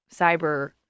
cyber